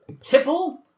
Tipple